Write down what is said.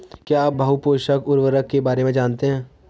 क्या आप बहुपोषक उर्वरक के बारे में जानते हैं?